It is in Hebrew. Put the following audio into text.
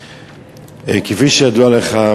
כפי שידוע לך,